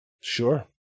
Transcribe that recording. Sure